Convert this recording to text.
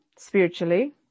Spiritually